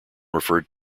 referred